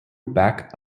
back